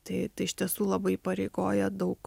tai iš tiesų labai įpareigoja daug